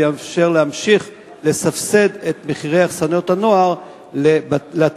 והוא יאפשר להמשיך לסבסד את מחירי אכסניות הנוער לתלמידים,